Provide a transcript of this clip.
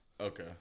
Okay